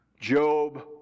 Job